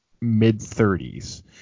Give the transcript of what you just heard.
mid-30s